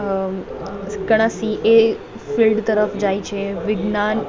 અ ઘણાં CA field તરફ જાય છે વિજ્ઞાન